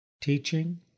teaching